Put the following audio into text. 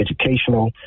educational